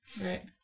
Right